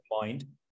mind